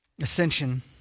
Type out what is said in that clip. ascension